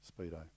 speedo